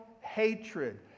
hatred